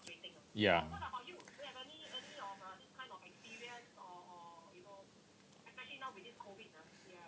ya